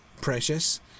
precious